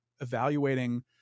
evaluating